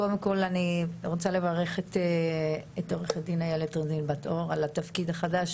קודם כול אני רוצה לברך את עורכת דין איילת רזין בת אור על התפקיד החדש.